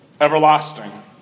Everlasting